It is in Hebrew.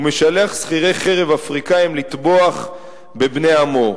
ומשלח שכירי חרב אפריקאים לטבוח בבני עמו".